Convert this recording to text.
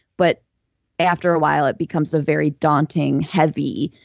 but after a while it becomes a very daunting, heavy,